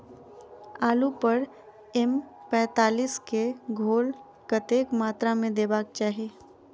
आलु पर एम पैंतालीस केँ घोल कतेक मात्रा मे देबाक चाहि?